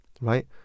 right